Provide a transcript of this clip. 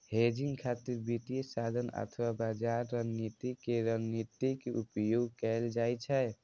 hedging खातिर वित्तीय साधन अथवा बाजार रणनीति के रणनीतिक उपयोग कैल जाइ छै